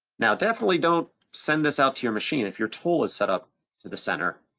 now, definitely don't send this out to your machine if your tool is set up to the center,